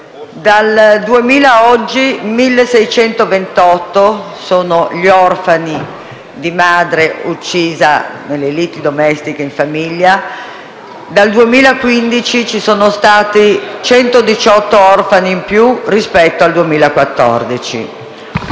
Dal 2000 a oggi 1.628 sono gli orfani di madre uccisa nelle liti domestiche, in famiglia. Nel 2015 ci sono stati 118 orfani in più rispetto al 2014.